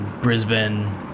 Brisbane